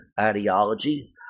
ideology